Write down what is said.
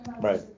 Right